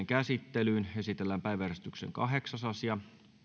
käsittelyyn esitellään päiväjärjestyksen kahdeksas asia